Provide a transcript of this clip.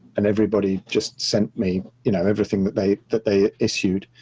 and everybody just sent me, you know, everything that they that they issued.